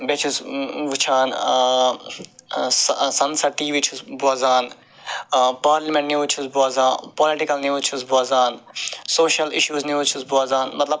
بیٚیہ چھِ أسۍ وٕچھان سنسَد ٹی وی چھُس بوزان پارلِمینٹ نِوز چھُس بوزان پوٚلِٹِکل نِوٕز چھُس بوزان سوشَل اِشوٗز نِوٕز چھُس بوزان مَطلَب